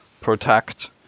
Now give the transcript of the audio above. protect